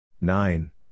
nine